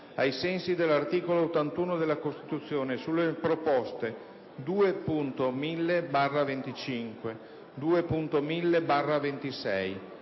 ai sensi dell'articolo 81 della Costituzione, sulle proposte 2.1000/25 e 2.1000/26.